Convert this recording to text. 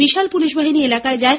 বিশাল police বাহিনী এলাকায় যায়